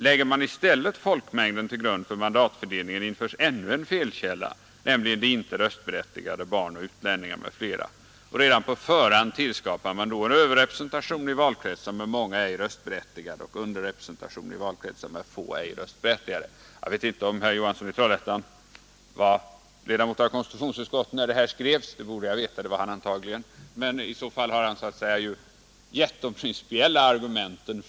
Lägger man i stället folkmängden till grund för mandatfördelningen, införs ännu en felkälla, nämligen antalet ej röstberättigade — barn, utlänningar m.fl. Redan på förhand tillskapar man då en överrepresentation i valkretsar med många ej röstberättigade och en underrepresentation i valkretsar med få ej röstberättigade. Herr Johansson i Trollhättan var antagligen ledamot av konstitutionsutskottet när detta skrevs. Där har han i så fall de principiella argumenten.